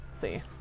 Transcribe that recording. See